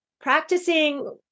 practicing